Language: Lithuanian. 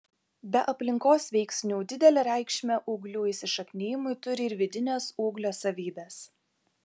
be aplinkos veiksnių didelę reikšmę ūglių įsišaknijimui turi ir vidinės ūglio savybės